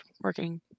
working